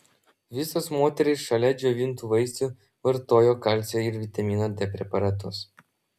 visos moterys šalia džiovintų vaisių vartojo kalcio ir vitamino d preparatus